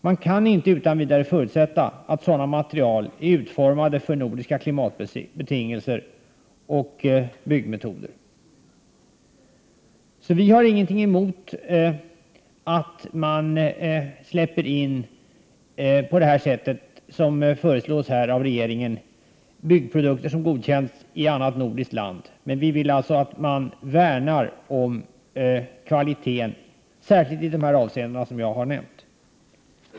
Det kan inte förutsättas att dessa är utformade för nordiska klimatbetingelser och byggmetoder. Vi har således ingenting emot att man, som regeringen föreslår, släpper in byggprodukter som har godkänts i ett annat nordiskt land. Vad vi vill är att man värnar om kvaliteten på produkterna, särskilt i de avseenden som jag här har nämnt.